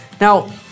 Now